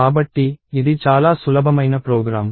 కాబట్టి ఇది చాలా సులభమైన ప్రోగ్రామ్